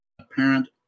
apparent